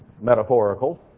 metaphorical